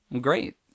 Great